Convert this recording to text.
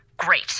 Great